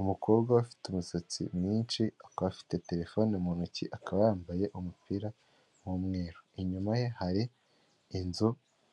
Umukobwa ufite umusatsi mwinshi, akaba afite telefone mu ntoki, akaba yambaye umupira w'umweru. Inyuma ye hari inzu